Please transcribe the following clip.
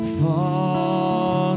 fall